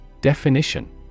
Definition